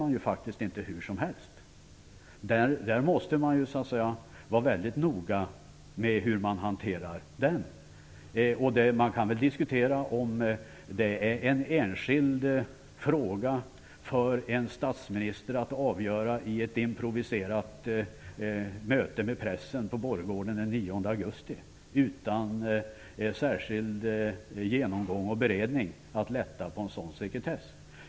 Man måste vara väldigt noga med hur man hanterar den. Det borde vi ändå kunna vara överens om, Håkan Holmberg. Man kan diskutera om frågan om att lätta på en sådan sekretess är en fråga för en statsminister att ensam avgöra vid ett möte med pressen på borggården den 9 augusti, utan särskild genomgång och beredning.